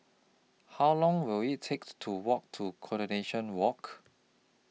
How Long Will IT takes to Walk to Coronation Walk